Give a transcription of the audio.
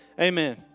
Amen